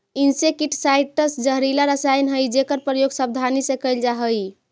insecticides जहरीला रसायन हई जेकर प्रयोग सावधानी से कैल जा हई